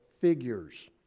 figures